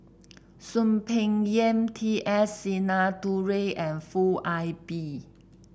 Soon Peng Yam T S Sinnathuray and Foo Ah Bee